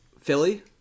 Philly